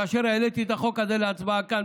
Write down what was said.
"כאשר העליתי את החוק הזה להצבעה כאן,